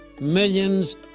Millions